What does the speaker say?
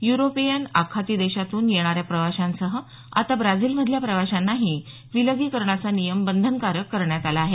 European आखाती देशांतून येणाऱ्या प्रवाशांसह आता ब्राझिलमधल्या प्रवाशांनाही विलगीकरणाचा नियम बंधनकारक करण्यात आला आहे